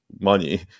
money